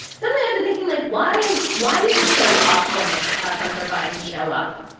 suddenly i've been thinking like, why is why is it so off limits to have hunter biden show up?